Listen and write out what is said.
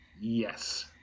Yes